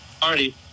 party